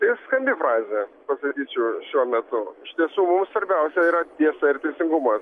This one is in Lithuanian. tai skambi frazė sakyčiau šiuo metu iš tiesų mums svarbiausia yra tiesa ir teisingumas